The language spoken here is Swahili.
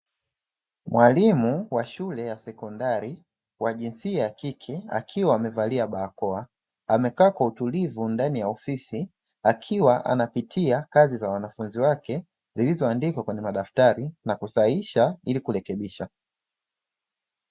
Mwalimu wa shule ya sekondari wa jinsia ya kike akiwa amevalia barakoa amekaa kwa utulivu ndani ya ofisi akiwa anapitia kazi za wanafunzi wake zilizoandikwa kwenye madaftari na kusahihisha ili kurekebisha.